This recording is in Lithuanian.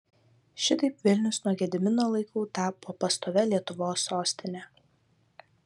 šitaip vilnius nuo gedimino laikų tapo pastovia lietuvos sostine